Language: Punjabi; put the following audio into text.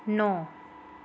ਨੌਂ